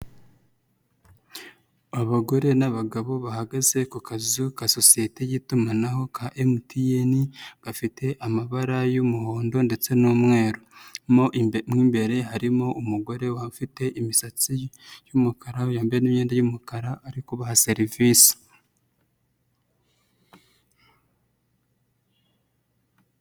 Abagore n'abagabo bahagaze ku kazizu ka sosiyete y'itumanaho ka MTN gafite amabara y'umuhondo ndetse n'umweru, imbere harimo umugore ufite imisatsi y'umukara yambaye imyenda y'umukara ari kubaha serivise.